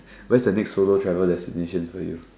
where is the next solo travel destination for you